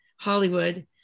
Hollywood